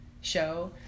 show